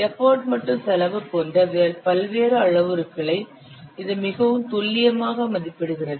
effort மற்றும் செலவு போன்ற பல்வேறு அளவுருக்களை இது மிகவும் துல்லியமாக மதிப்பிடுகிறது